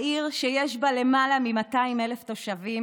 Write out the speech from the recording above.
העיר שיש בה למעלה מ-200,000 תושבים